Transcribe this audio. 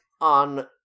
on